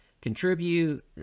contribute